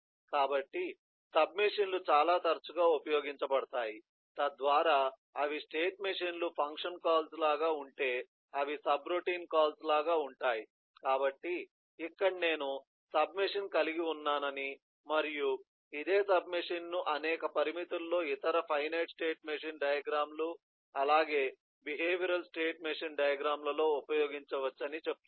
కాబట్టి సబ్ మెషీన్లు చాలా తరచుగా ఉపయోగించబడతాయి తద్వారా అవి సబ్ మెషీన్లు ఫంక్షన్ కాల్స్ లాగా ఉంటే అవి సబ్రొటిన్ కాల్స్ లాగా ఉంటాయి కాబట్టి ఇక్కడ నేను సబ్మెషిన్ కలిగి ఉన్నానని మరియు ఇదే సబ్మెషిన్ను అనేక పరిమితుల్లో ఇతర ఫైనైట్ స్టేట్ మెషిన్ డయాగ్రమ్ లు అలాగే బిహేవియరల్ స్టేట్ మెషీన్ డయాగ్రమ్ లలో ఉపయోగించవచ్చని చెప్తున్నాము